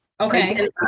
okay